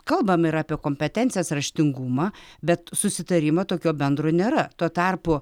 kalbam ir apie kompetencijas raštingumą bet susitarimo tokio bendro nėra tuo tarpu